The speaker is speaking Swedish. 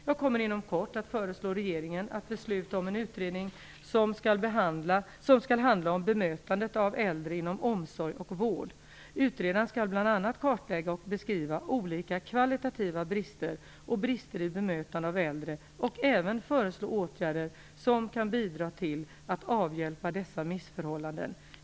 Jag kommer inom kort att föreslå regeringen att besluta om en utredning som skall handla om bemötandet av äldre inom omsorg och vård. Utredaren skall bl.a. kartlägga och beskriva olika kvalitativa brister och brister i bemötande av äldre och även föreslå åtgärder som kan bidra till att avhjälpa dessa missförhållanden.